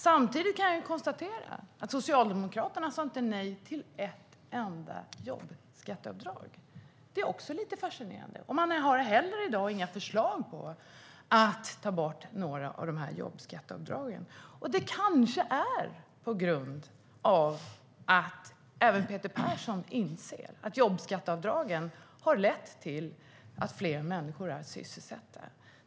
Samtidigt kan jag konstatera att Socialdemokraterna inte sa nej till ett enda jobbskatteavdrag. Det är lite fascinerande.I dag har man heller inga förslag på att ta bort några av jobbskatteavdragen. Det kanske är på grund av att även Peter Persson inser att jobbskatteavdragen har lett till att fler människor är sysselsatta.